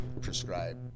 prescribe